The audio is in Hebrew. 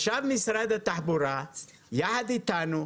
ישב משרד התחבורה ביחד אתנו,